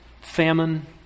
famine